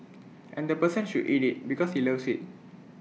and the person should eat IT because he loves IT